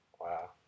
Wow